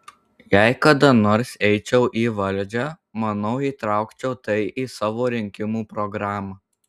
jei kada nors eičiau į valdžią manau įtraukčiau tai į savo rinkimų programą